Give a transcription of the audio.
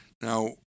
Now